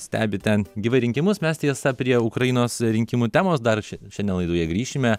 stebi ten gyvai rinkimus mes tiesa prie ukrainos rinkimų temos dar šiandien laidoje grįšime